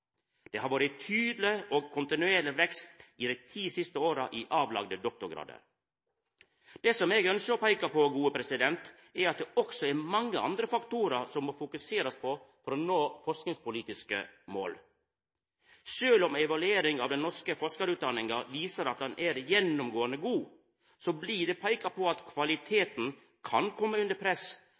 har vore ein tydeleg og kontinuerleg vekst i avlagde doktorgradar i dei ti siste åra. Det eg ønskjer å peika på, er at det også er mange andre faktorar ein må fokusera på for å nå forskingspolitiske mål. Sjølv om evaluering av den norske forskarutdanninga viser at ho gjennomgåande er god, blir det peika på at kvaliteten kan koma under press